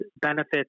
benefits